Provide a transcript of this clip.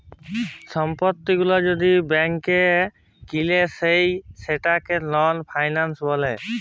সম্পত্তি গুলা যদি ব্যাংক কিলে লেই সেটকে লং ফাইলাল্স ব্যলে